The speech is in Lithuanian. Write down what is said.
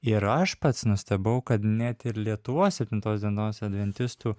ir aš pats nustebau kad net ir lietuvos septintos dienos adventistų